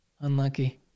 Unlucky